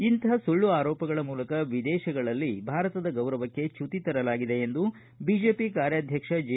ಇಂಥ ಸುಳ್ಳು ಆರೋಪಗಳ ಮೂಲಕ ವಿದೇಶಗಳಲ್ಲಿ ಭಾರತದ ಗೌರವಕ್ಕೆ ಚ್ಯುತಿ ತರಲಾಗಿದೆ ಎಂದು ಬಿಜೆಪಿ ಕಾರ್ಯಾಧ್ಯಕ್ಷ ಜೆ